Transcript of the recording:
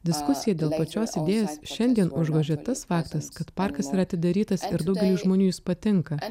diskusiją dėl pačios idėjos šiandien užgožia tas faktas kad parkas yra atidarytas ir daugeliui žmonių jis patinka